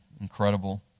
incredible